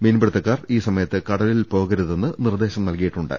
മീൻപിടുത്തക്കാർ ഈ സമയത്ത് കട ലിൽ പോകരുതെന്ന് നിർദേശം നൽകിയിട്ടുണ്ട്